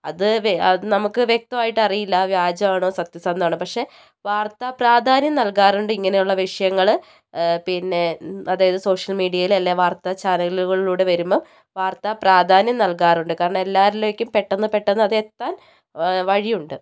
അത് വേ നമുക്ക് വ്യക്തമായിട്ട് അറിയില്ല വ്യാജമാണോ സത്യസന്ധമാണോ പക്ഷേ വാർത്താപ്രാധാന്യം നൽകാറുണ്ട് ഇങ്ങനെയുള്ള വിഷയങ്ങൾ പിന്നെ അതായത് സോഷ്യൽ മീഡിയയിൽ അല്ലേൽ വാർത്ത ചാനലുകളിലൂടെ വരുമ്പം വാർത്താപ്രാധാന്യം നൽകാറുണ്ട് കാരണം എല്ലാരിലേക്കും പെട്ടെന്ന് പെട്ടെന്ന് അത് എത്താൻ വഴിയുണ്ട്